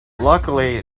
luckily